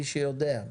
מי שיודע,